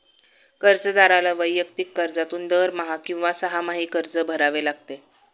कर्जदाराला वैयक्तिक कर्जातून दरमहा किंवा सहामाही कर्ज भरावे लागते